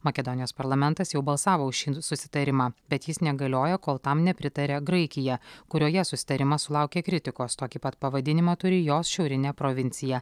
makedonijos parlamentas jau balsavo už šin susitarimą bet jis negalioja kol tam nepritaria graikija kurioje susitarimas sulaukė kritikos tokį pat pavadinimą turi jos šiaurinė provincija